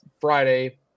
Friday